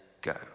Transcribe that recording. go